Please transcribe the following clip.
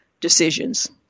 decisions